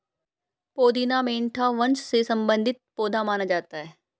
पुदीना मेंथा वंश से संबंधित पौधा माना जाता है